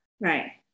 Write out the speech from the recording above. Right